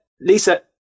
Lisa